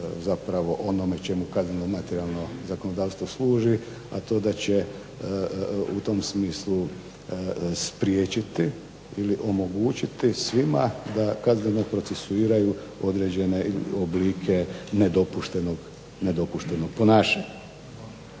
zapravo onome čemu kaza neno materijalno zakonodavstvo služi, a to da će u tom smislu spriječiti ili omogućiti svima da kazne procesuiraju određene oblike nedopuštenog ponašanja.